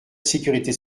sécurité